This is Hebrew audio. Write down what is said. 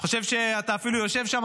אני חושב שאתה אפילו יושב שם,